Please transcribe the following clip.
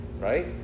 Right